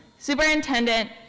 superintendent,